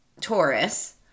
Taurus